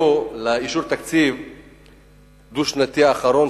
באישור התקציב הדו-שנתי האחרון,